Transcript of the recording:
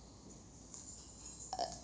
uh